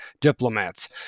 diplomats